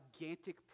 gigantic